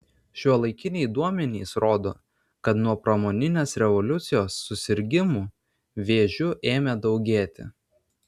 šiuolaikiniai duomenys rodo kad nuo pramoninės revoliucijos susirgimų vėžiu ėmė daugėti